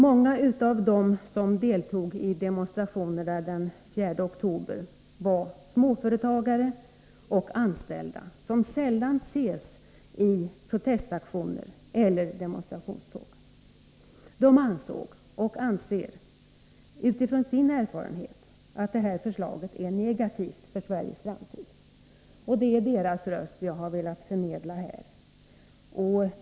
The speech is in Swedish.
Många av dem som deltog i demonstrationen den 4 oktober var småföretagare och anställda som sällan ses i protestaktioner eller demonstrationståg. De ansåg, och anser, utifrån sin erfarenhet att detta förslag är negativt för Sveriges framtid. Det är deras röst jag har velat förmedla här.